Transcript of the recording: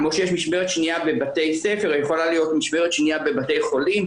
כמו שיש משמרת שניה בבתי ספר יכולה להיות משמרת שניה בבתי החולים,